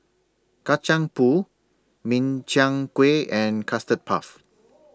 Kacang Pool Min Chiang Kueh and Custard Puff